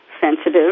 sensitive